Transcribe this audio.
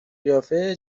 قیافه